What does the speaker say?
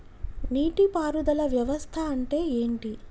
నీటి పారుదల వ్యవస్థ అంటే ఏంటి?